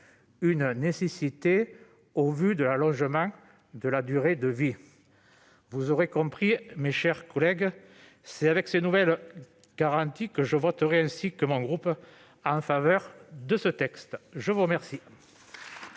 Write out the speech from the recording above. une nécessité au vu de l'allongement de la durée de vie. Vous l'aurez compris, mes chers collègues, c'est avec ces nouvelles garanties que je voterai en faveur de ce texte, tout comme